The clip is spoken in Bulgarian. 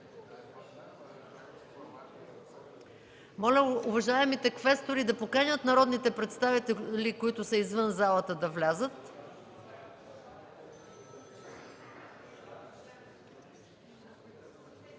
Моля уважаемите квестори да поканят народните представители, които са извън залата, да влязат.